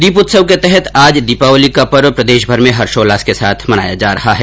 दीप उत्सव के तहत आज दीपावली का पर्व प्रदेशभर में हर्षोल्लास के साथ मनाया जा रहा है